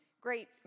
great